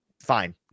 fine